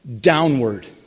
downward